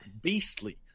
beastly